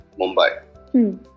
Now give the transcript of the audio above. Mumbai